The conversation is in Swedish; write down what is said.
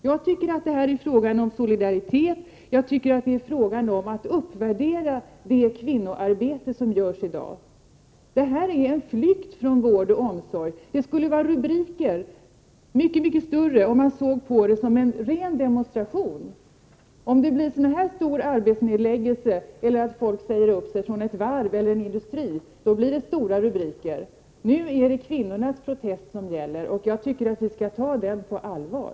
Jag tycker att det här är fråga om solidaritet, att det är fråga om att uppvärdera det kvinnoarbete som görs i dag. Vad som sker är en flykt från vård och omsorg. Det skulle vara mycket större rubriker om man såg på detta som en ren demonstration. Om folk säger upp sig i så här stor utsträckning från ett varv eller en industri, då blir det stora rubriker. Nu är det kvinnornas protest som gäller, och jag tycker att vi skall ta den på allvar.